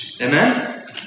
Amen